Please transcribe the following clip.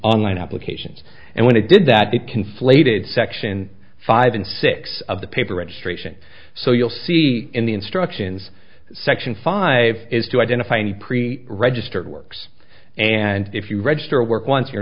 online applications and when it did that it conflated section five in six of the paper registration so you'll see in the instructions section five is to identify any pre registered works and if you register a work once you're